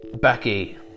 Becky